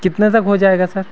कितने तक हो जाएगा सर